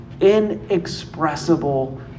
inexpressible